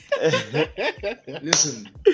listen